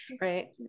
Right